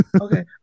Okay